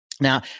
Now